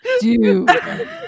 dude